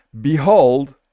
Behold